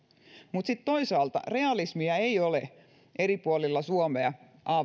mutta sitten toisaalta realismia ei ole eri puolilla suomea